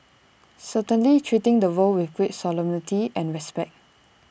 certainly treating the role with great solemnity and respect